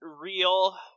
real